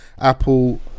Apple